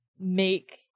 make